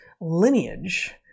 lineage